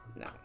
no